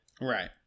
Right